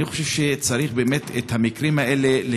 אני חושב שאת המקרים האלה צריך,